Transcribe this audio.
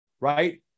Right